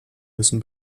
müssen